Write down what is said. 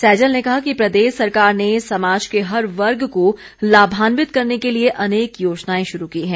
सैजल ने कहा कि प्रदेश सरकार ने समाज के हर वर्ग को लाभान्वित करने के लिए अनेक योजनाएं शुरू की हैं